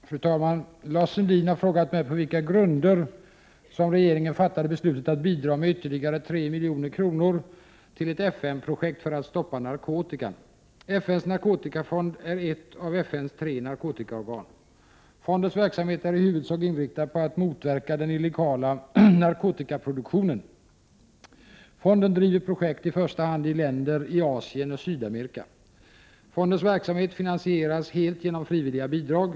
Fru talman! Lars Sundin har frågat mig på vilka grunder som regeringen fattade beslutet att bidra med ytterligare 3 milj.kr. till ett FN-projekt för att stoppa narkotikan. FN:s narkotikafond är ett av FN:s tre narkotikaorgan. Fondens verksamhet är i huvudsak inriktad på att motverka den illegala narkotikaproduktionen. Fonden driver projekt i första hand i länder i Asien och i Sydamerika. Fondens verksamhet finansieras helt genom frivilliga bidrag.